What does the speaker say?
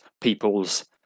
people's